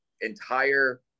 entire